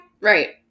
Right